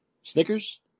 Snickers